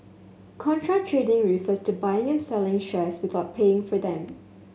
contra trading refers to buying and selling shares without paying for them